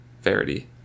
verity